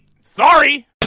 Sorry